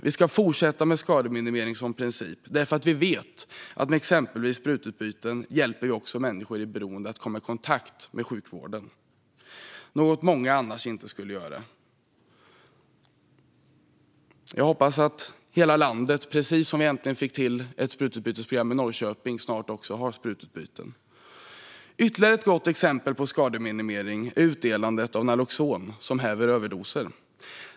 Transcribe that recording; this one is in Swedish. Vi ska fortsätta med skademinimering som princip, därför att vi vet att exempelvis sprututbyten också hjälper människor med beroende att komma i kontakt med sjukvården. Det är något som många annars inte skulle göra. Vi har precis äntligen fått till sprututbyte i Norrköping. Jag hoppas att det snart finns i hela landet. Ytterligare ett gott exempel på skademinimering är utdelandet av Naloxon, som häver överdoser.